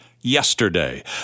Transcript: yesterday